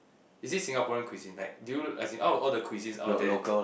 is it Singaporean cuisine like do you as in all all the cuisines out there